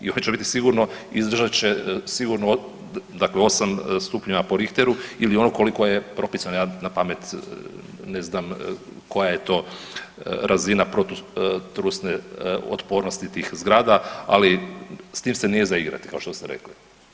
I one će biti sigurno, izdržat će sigurno 8 stupnjeva po Richteru ili ono koliko je propisano, ja napamet ne znam koja je to razina protutrusne otpornosti tih zgrada, ali s tim se nije za igrati kao što ste rekli.